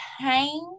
pain